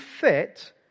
fit